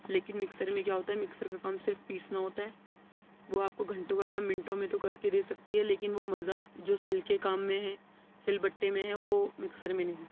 لیکن مکسر میں کیا ہوتا ہے مکسر کا کام صرف پیسنا ہوتا ہے وہ آپ کو گھنٹوں کا کام منٹوں میں تو کر کے دے سکتی ہے لیکن وہ مزہ جو سل کے کام میں ہے سل بٹے میں ہے وہ مکسر میں نہیں